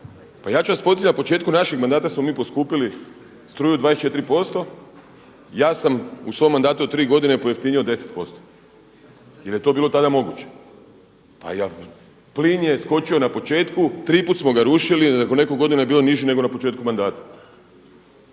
Pa ja ću vas podsjetiti na početku našeg mandata smo mi poskupili struju 24%. Ja sam u svom mandatu od tri godine pojeftinio 10% jer je to tada bilo moguće. Plin je skočio na početku, triput smo ga rušili. Nakon nekoliko godina je bio niži nego na početku mandata.